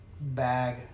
bag